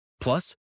Plus